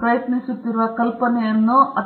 ಪ್ರಯತ್ನಿಸುತ್ತಿರುವ ಕಲ್ಪನೆಯನ್ನು ಅತ್ಯುತ್ತಮವಾಗಿ ತಿಳಿಸುತ್ತದೆ